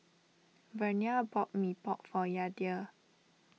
Vernia bought Mee Pok for Yadiel